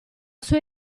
sua